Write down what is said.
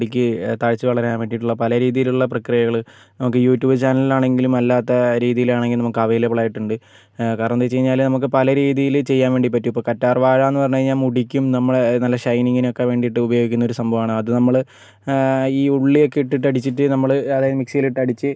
മുടിക്ക് തഴച്ചു വളരാൻ വേണ്ടിയിട്ടുള്ള പല രീതിയിലുള്ള പ്രക്രിയകൾ നമുക്ക് യൂട്യൂബ് ചാനൽ ആണെങ്കിലും അല്ലാത്ത രീതിയിലാണെങ്കിലും നമുക്ക് അവൈലബിളായിട്ടുണ്ട് കാരണമെന്തെന്നു വെച്ച് കഴിഞ്ഞാൽ നമുക്ക് പല രീതിയിൽ ചെയ്യാൻവേണ്ടി പറ്റും ഇപ്പോൾ കറ്റാർവാഴയെന്നു പറഞ്ഞു കഴിഞ്ഞാൽ മുടിക്കും നമ്മളെ നല്ല ഷൈനിങ്ങിനും ഒക്കെ വേണ്ടിയിട്ട് ഉപയോഗിക്കുന്ന ഒരു സംഭവമാണ് അത് നമ്മൾ ഈ ഉള്ളിയൊക്കെ ഇട്ടിട്ട് അടിച്ചിട്ട് നമ്മൾ അതായത് മിക്സിയിൽ ഇട്ട് അടിച്ച്